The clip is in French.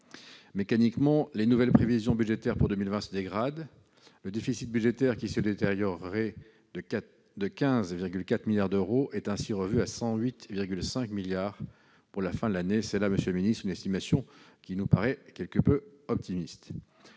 Mécaniquement, les nouvelles prévisions budgétaires pour 2020 se dégradent. Le déficit budgétaire, qui se détériorerait de 15,4 milliards d'euros, est ainsi revu à 108,5 milliards d'euros pour la fin de l'année. C'est là, monsieur le ministre, une estimation qui nous paraît quelque peu optimiste